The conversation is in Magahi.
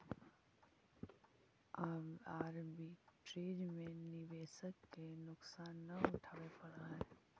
आर्बिट्रेज में निवेशक के नुकसान न उठावे पड़ऽ है